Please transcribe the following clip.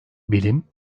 bilim